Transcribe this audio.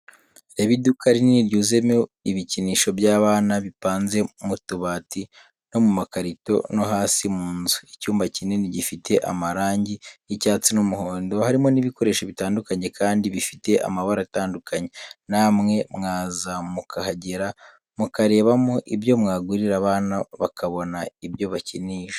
Reba iduka rinini ryuzuyemo ibikinisho by'abana bipanze mu tubati no mu makarito no hasi mu nzu, icyumba kinini gifite amarangi y'icyatsi n'umuhondo harimo n'ibikoresho bitandukanye kandi bifite amabara atandukanye. Namwe mwaza mukahagera mukarebamo ibyo mwagurira abana bakabona ibyo bakinisha.